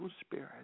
spirit